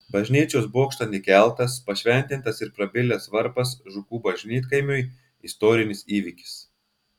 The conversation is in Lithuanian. bažnyčios bokštan įkeltas pašventintas ir prabilęs varpas žukų bažnytkaimiui istorinis įvykis